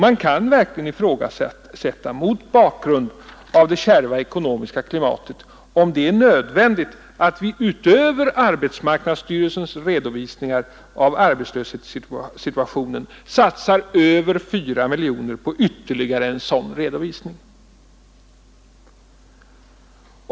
Man kan verkligen, mot bakgrund av det kärva ekonomiska klimatet, ifrågasätta om det är nödvändigt att vi utöver arbetsmarknadsstyrelsens redovisningar av arbetslöshetssituationen satsar över 4 miljoner kronor på ytterligare en sådan redovisning.